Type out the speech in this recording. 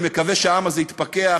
אני מקווה שהעם הזה יתפכח,